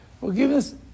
Forgiveness